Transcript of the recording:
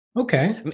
okay